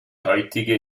heutige